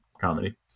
comedy